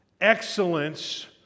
excellence